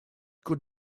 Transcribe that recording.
good